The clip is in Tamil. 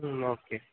ம் ஓகே